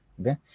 okay